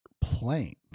playing